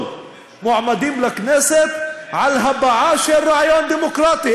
מועמדים לכנסת על הבעה של רעיון דמוקרטי.